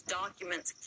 documents